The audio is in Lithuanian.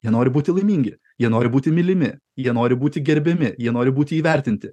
jie nori būti laimingi jie nori būti mylimi jie nori būti gerbiami jie nori būti įvertinti